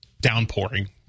downpouring